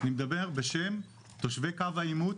אני מדבר בשם תושבי קו העימות